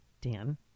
Dan